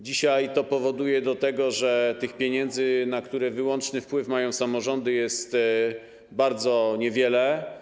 Dzisiaj to powoduje, że pieniędzy, na które wyłączny wpływ mają samorządy, jest bardzo niewiele.